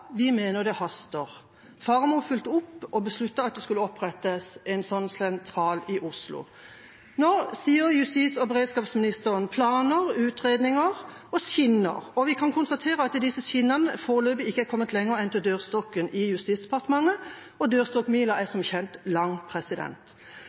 «Vi mener det haster.» Faremo fulgte opp og besluttet at det skulle opprettes en slik sentral i Oslo. Nå snakker justis- og beredskapsministeren om planer, utredninger og skinner, og vi kan konstatere at disse skinnene foreløpig ikke er kommet lenger enn til dørstokken i Justisdepartementet, og dørstokkmila er som kjent lang.